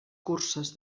curses